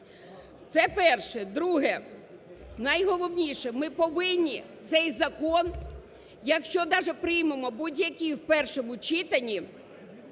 Це перше. Друге, найголовніше. Ми повинні цей закон, якщо даже приймемо будь-який в першому читанні,